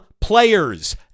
players